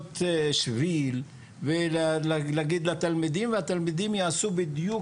שביל ולהגיד לתלמידים והתלמידים יעשו בדיוק,